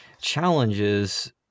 challenges